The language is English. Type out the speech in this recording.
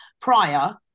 prior